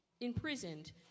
imprisoned